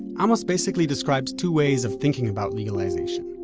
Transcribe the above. amos basically describes two ways of thinking about legalization.